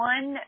One